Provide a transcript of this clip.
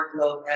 workload